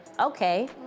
okay